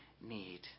need